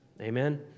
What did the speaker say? Amen